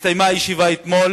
והישיבה הסתיימה אתמול